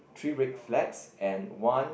three red flags and one